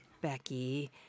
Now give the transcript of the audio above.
Becky